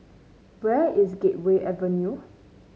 where is Gateway Avenue